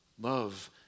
Love